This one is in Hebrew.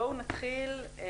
בואו נתחיל עם